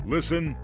Listen